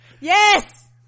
Yes